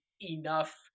enough